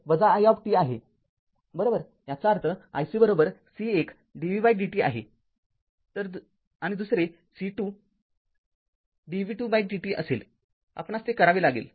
तर iC i आहे बरोबर याचा अर्थ iC C१ dv dt आहे दुसरे C २ dv २ dt असेल आपणास ते करावे लागेल